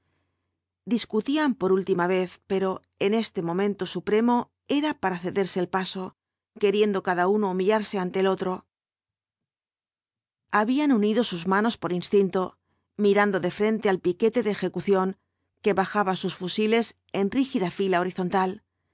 discutían por última vez pero en este momento supremo era para cederse el paso queriendo cada uno humillarse ante el otro habían unido sus manos por instinto mirando de frente al piquete de ejecución que bajaba sus fusiles en rígida fila horizontal